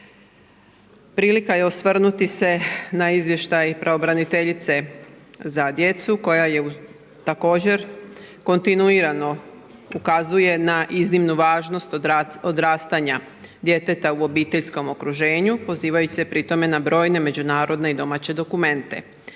Prilika je osvrnuti se na Izvještaj Pravobraniteljice za djecu koja također kontinuirano ukazuje na iznimnu važnost odrastanja djeteta u obiteljskom okruženju pozivajući se pri tome na brojne međunarodne i domaće dokumente.